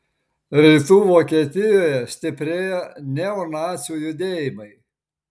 rytų vokietijoje stiprėja neonacių judėjimai